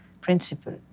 principle